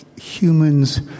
humans